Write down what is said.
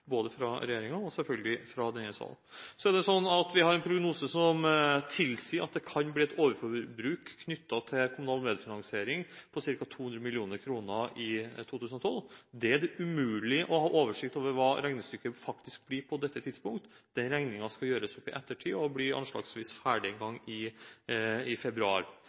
både fra regjeringen og selvfølgelig fra denne sal. Så er det sånn at vi har en prognose som tilsier at det kan bli et overforbruk knyttet til kommunal medfinansiering på ca. 200 mill. kr i 2012. Det er umulig å ha oversikt over hva regnestykket faktisk blir på dette tidspunkt. Den regningen skal gjøres opp i ettertid, og blir anslagsvis ferdig en gang i februar.